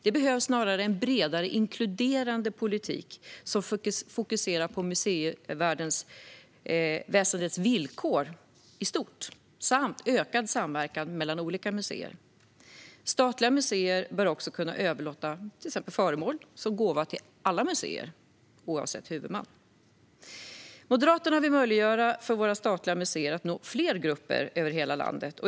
Det behövs snarare en bredare, inkluderande politik som fokuserar på museiväsendets villkor i stort och på ökad samverkan mellan olika museer. Statliga museer bör även kunna överlåta till exempel föremål som gåva till alla museer, oavsett huvudman. Moderaterna vill möjliggöra för våra statliga museer att nå fler grupper över hela landet.